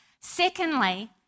Secondly